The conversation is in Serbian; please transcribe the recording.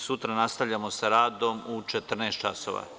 Sutra nastavljamo sa radom u 14.00 časova.